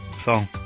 song